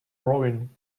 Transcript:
rowing